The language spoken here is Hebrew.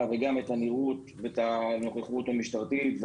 וגם את הנראות ואת הנוכחות המשטרתית,